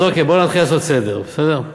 אז אוקיי, בוא נתחיל לעשות סדר, בסדר?